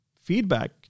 Feedback